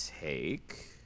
take